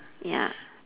ya